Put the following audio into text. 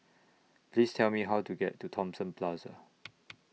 Please Tell Me How to get to Thomson Plaza